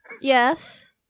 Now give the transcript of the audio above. Yes